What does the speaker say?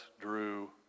drew